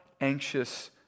anxious